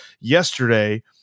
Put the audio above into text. yesterday